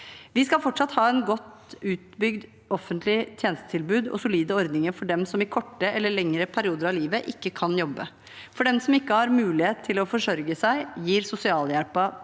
Vi skal fortsatt ha et godt utbygd offentlig tjenestetilbud og solide ordninger for dem som i kortere eller lengre perioder av livet ikke kan jobbe. For dem som ikke har mulighet til å forsørge seg, gir sosialhjelp